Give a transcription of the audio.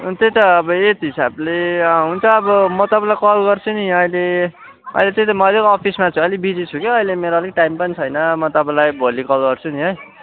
अनि त्यही त अब एज हिसाबले अँ हुन्छ अब म तपाईँलाई कल गर्छु नि यहाँ अहिले अहिले त्यही त म अलिक अफिसमा छु अलिक बिजी छु कि अहिले मेरो अलिक टाइम पनि छैन म तपाईँलाई भोलि कल गर्छु नि है